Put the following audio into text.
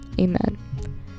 Amen